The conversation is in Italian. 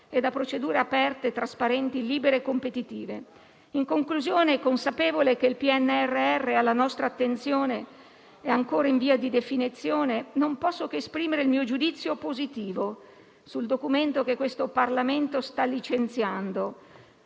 e da procedure aperte e trasparenti, libere e competitive. In conclusione, consapevole che il PNRR alla nostra attenzione è ancora in via di definizione, non posso che esprimere il mio giudizio positivo sul documento che il Senato sta licenziando,